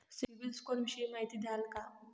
CIBIL score विषयी माहिती द्याल का?